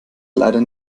leider